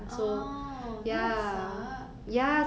oh that sucks